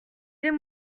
des